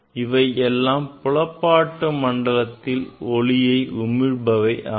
இவை எல்லாம் புலப்பாட்டு மண்டலத்தில் ஒளி உமிழ்பவை ஆகும்